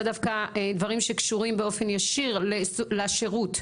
דווקא דברים שקשורים באופן ישיר לשירות.